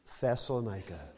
Thessalonica